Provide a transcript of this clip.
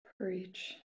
Preach